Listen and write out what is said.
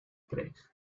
kreeg